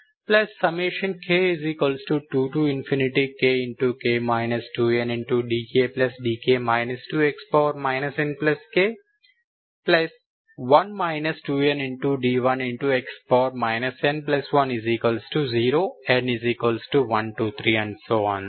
k2kk 2ndkdk 2x nk1 2nd1x n10 n123